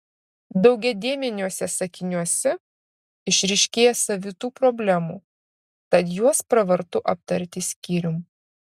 daugiadėmeniuose sakiniuose išryškėja savitų problemų tad juos pravartu aptarti skyrium